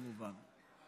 כמובן.